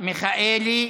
מיכאלי,